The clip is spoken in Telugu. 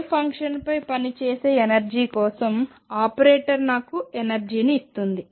వేవ్ ఫంక్షన్పై పనిచేసేఎనర్జీ కోసం ఆపరేటర్ నాకు ఎనర్జీని ఇస్తుంది